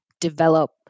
develop